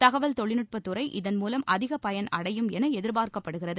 தகவல் தொழில்நுட்ப துறை இதன் மூலம் அதிக பயன் அடையும் என எதிர்பார்க்கப்படுகிறது